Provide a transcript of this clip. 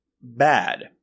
bad